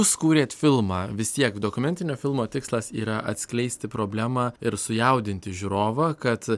kai jūs kūrėt filmą vis tiek dokumentinio filmo tikslas yra atskleisti problemą ir sujaudinti žiūrovą kad